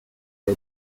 her